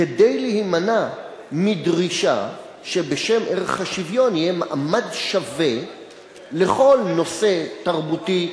כדי להימנע מדרישה שבשם ערך השוויון יהיה מעמד שווה לכל נושא תרבותי,